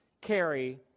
carry